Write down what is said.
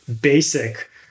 basic